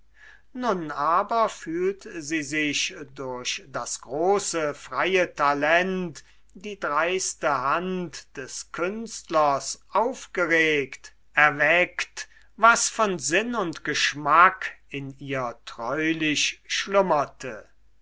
nun aber fühlt sie sich durch das große freie talent die dreiste hand des künstlers aufgeregt erweckt was von sinn und geschmack in ihr treulich schlummerte